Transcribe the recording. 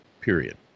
period